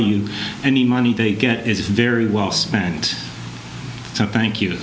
you any money they get is very well spent so thank you